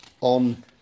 on